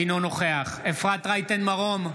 אינו נוכח אפרת רייטן מרום,